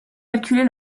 calculer